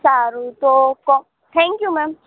સારું તો કો થેંક યુ મૅમ